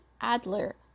Adler